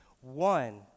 One